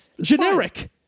generic